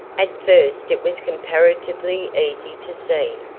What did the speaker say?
at first it was comparatively easy to see,